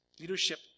Leadership